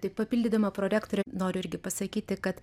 tai papildydama prorektorę noriu irgi pasakyti kad